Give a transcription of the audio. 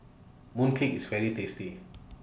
Mooncake IS very tasty